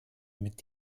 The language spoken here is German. mit